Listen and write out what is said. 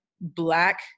Black